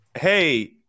Hey